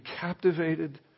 captivated